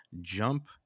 jump